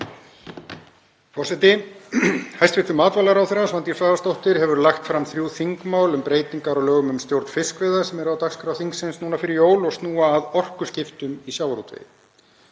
Forseti. Hæstv. matvælaráðherra, Svandís Svavarsdóttir, hefur lagt fram þrjú þingmál um breytingar á lögum um stjórn fiskveiða sem eru á dagskrá þingsins núna fyrir jól og snúa að orkuskiptum í sjávarútvegi.